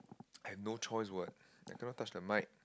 I've no choice what I cannot touch the mic